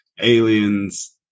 aliens